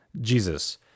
Jesus